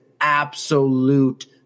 absolute